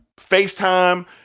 FaceTime